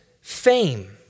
fame